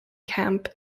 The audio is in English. camp